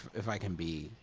if i can be.